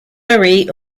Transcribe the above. marie